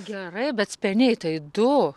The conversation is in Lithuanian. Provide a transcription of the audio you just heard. gerai bet speniai tai du